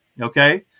Okay